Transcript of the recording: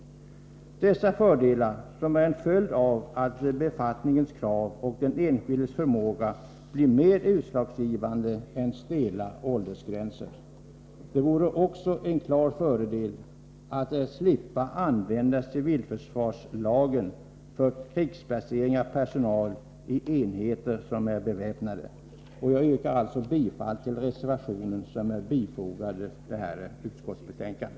Dessa fördelar är en följd av att befattningskraven och den enskildes förmåga blir mer utslagsgivande än ett stelt system med åldersgränser. Vidare vore det en klar fördel om man slapp använda civilförsvarslagen för krigsplacering av personal i enheter som är beväpnade. Jag yrkar bifall till den reservation som är fogad vid detta utskottsbetänkande.